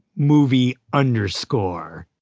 movie underscore